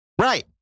Right